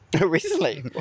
Recently